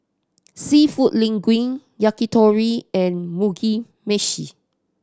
Seafood Linguine Yakitori and Mugi Meshi